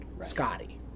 Scotty